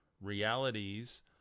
realities